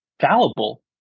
fallible